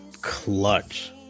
clutch